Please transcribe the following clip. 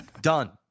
done